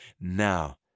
Now